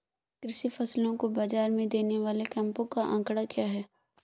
कृषि फसलों को बाज़ार में देने वाले कैंपों का आंकड़ा क्या है?